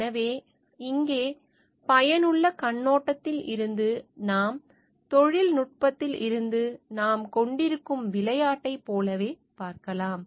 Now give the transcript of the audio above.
எனவே இங்கே பயனுள்ள கண்ணோட்டத்தில் இருந்து நாம் தொழில்நுட்பத்தில் இருந்து நாம் கொண்டிருக்கும் விளையாட்டைப் போலவே பார்க்கலாம்